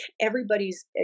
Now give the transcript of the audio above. everybody's